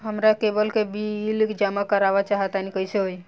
हमरा केबल के बिल जमा करावल चहा तनि कइसे होई?